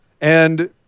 and-